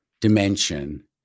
dimension